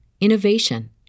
innovation